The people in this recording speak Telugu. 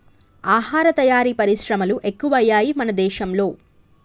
ఆహార తయారీ పరిశ్రమలు ఎక్కువయ్యాయి మన దేశం లో